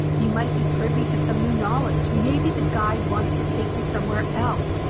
you might be privy to some new knowledge. maybe the guide wants to take you somewhere else.